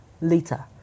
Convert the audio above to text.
later